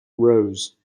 rose